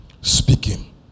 speaking